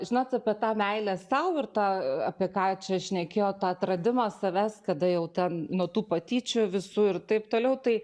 žinot apie tą meilę sau ir tą apie ką čia šnekėjo tą atradimą savęs kada jau ten nuo tų patyčių visų ir taip toliau tai